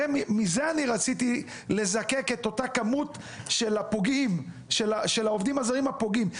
הרי מזה אני רציתי לזקק את אותה כמות של העובדים הזרים הפוגעים.